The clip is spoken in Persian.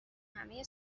همه